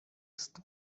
است